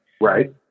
Right